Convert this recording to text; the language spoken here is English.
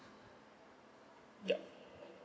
yup